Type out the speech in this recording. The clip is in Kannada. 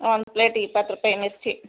ಹಾಂ ಒಂದು ಪ್ಲೇಟಿಗೆ ಇಪ್ಪತ್ತು ರೂಪಾಯಿ ಮಿರ್ಚಿ